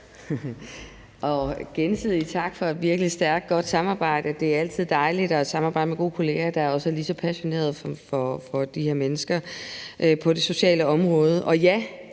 Gensidigt tak for et virkelig stærkt, godt samarbejde. Det er altid dejligt at samarbejde med gode kollegaer, der er lige så passionerede i forhold til de her mennesker, på det sociale område. Og ja,